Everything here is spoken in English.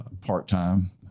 part-time